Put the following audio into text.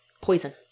poison